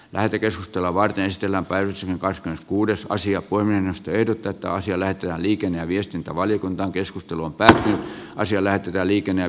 lähetekeskustelua varten sillä päivisin koskaan kuudes asia voi mennä ehdotetaan siellä arvoisa puhemies ja muut kuulijat